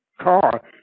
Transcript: car